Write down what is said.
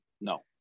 No